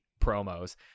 promos